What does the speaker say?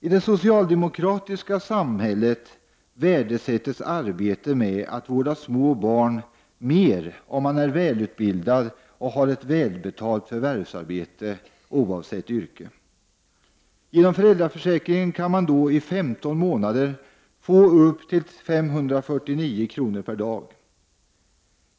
I det socialdemokratiska samhället värdesätts arbete med att vårda små barn mer om man är välutbildad och har ett välbetalt förvärvsarbete, oavsett yrke. Genom föräldraförsäkringen kan man då i 15 månader få upp till 549 kr. per dag.